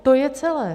To je celé.